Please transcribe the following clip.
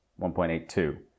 1.82